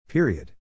Period